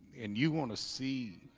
and you want to see